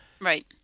Right